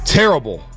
terrible